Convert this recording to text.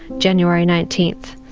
january nineteenth.